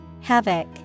Havoc